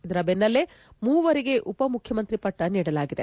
ಇದರ ಬೆನ್ನಲ್ಲೇ ಮೂವರಿಗೆ ಉಪ ಮುಖ್ಯಮಂತ್ರಿ ಪಟ್ಟ ನೀಡಲಾಗಿದೆ